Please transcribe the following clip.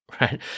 right